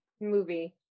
movie